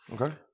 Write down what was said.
Okay